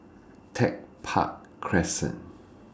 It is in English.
Tech Park Crescent